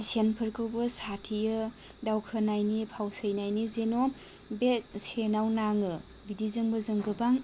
सेनफोरखौबो साथेयो दावखोनायनि फावसयनायनि जेन' बे सेनाव नाङो बिदिजोंबो जों गोबां